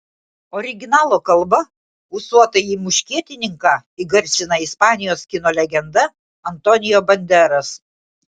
originalo kalba ūsuotąjį muškietininką įgarsina ispanijos kino legenda antonio banderas